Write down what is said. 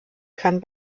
kann